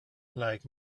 like